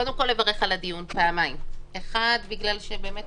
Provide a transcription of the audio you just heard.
קודם כול לברך על הדיון פעמיים אחד, בגלל שבאמת